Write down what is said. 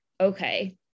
okay